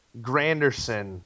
Granderson